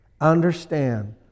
understand